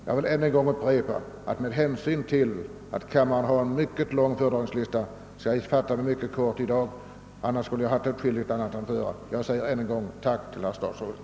Jag vill ännu en gång upprepa att jag skall fatta mig kort med hänsyn till att kammaren har en mycket lång föredragningslista — annars skulle jag ha åtskilligt att anföra. Jag säger ännu en gång tack till statsrådet.